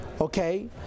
Okay